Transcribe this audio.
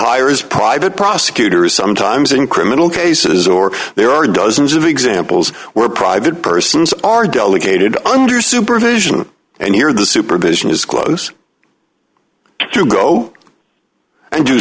hires private prosecutors sometimes in criminal cases or there are dozens of examples where private persons are delegated under supervision and here the supervision is close to go and do